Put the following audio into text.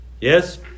Yes